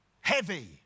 heavy